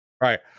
Right